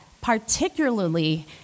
particularly